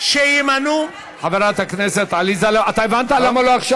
תקשיבי, שימנו, חברת הכנסת עליזה לביא.